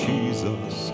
Jesus